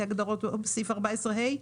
כהגדרות סעיף 14 ה,